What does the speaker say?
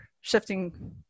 shifting